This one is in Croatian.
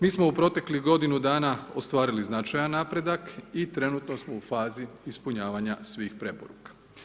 Mi smo u proteklih godinu dana ostvarili značajan napredak i trenutno smo u fazi ispunjavanja svih preporuka.